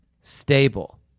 stable